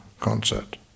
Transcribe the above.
concert